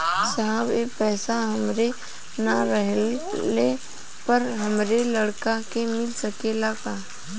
साहब ए पैसा हमरे ना रहले पर हमरे लड़का के मिल सकेला का?